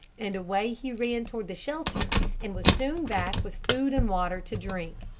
and away he ran toward the shelter and was soon back with food and water to drink.